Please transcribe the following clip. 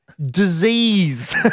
Disease